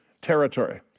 territory